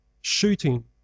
shooting